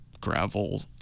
gravel